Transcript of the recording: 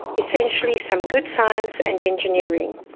essentially some good science and engineering,